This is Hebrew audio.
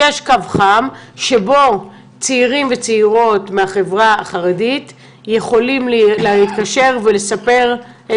יש קו חם שבו צעירים וצעירות מהחברה החרדית יכולים להתקשר ולספר,